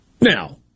Now